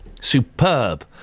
Superb